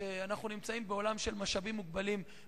בהנחה שאנחנו נמצאים בעולם של משאבים מוגבלים,